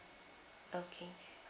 okay